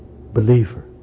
believer